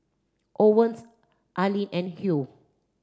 Owens Alene and Hugh